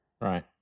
Right